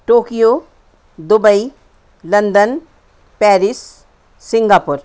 Tokyo Dubai London Paris Singapore